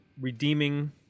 redeeming